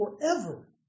forever